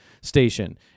station